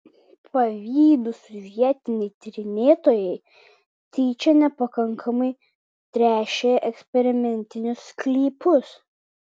pavydūs vietiniai tyrinėtojai tyčia nepakankamai tręšė eksperimentinius sklypus